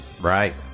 Right